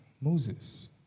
Moses